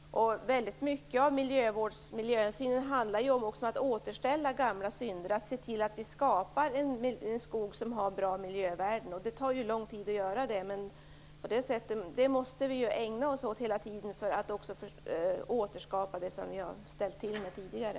Väldigt mycket av miljöhänsynen handlar om att återställa gamla synder, att se till att skapa en skog som har bra miljövärden. Det tar lång tid att göra det, men det måste vi ägna oss åt hela tiden för att återskapa det som vi har ställt till med tidigare.